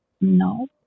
no